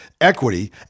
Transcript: equity